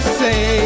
say